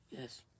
Yes